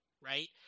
right